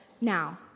now